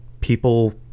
people